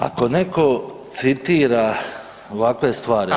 Ako netko citira ovakve stvari.